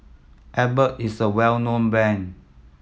Abbott is a well known brand